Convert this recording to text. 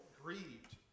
grieved